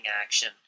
action